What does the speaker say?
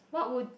what would